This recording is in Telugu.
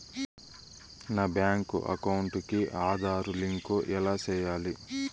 నా బ్యాంకు అకౌంట్ కి ఆధార్ లింకు ఎలా సేయాలి